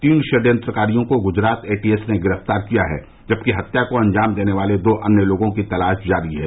तीन षडयंत्रकारियों को गुजरात एटीएस ने गिरफ्तार किया है जबकि हत्या को अंजाम देने वाले दो अन्य लोगों की तलाश जारी है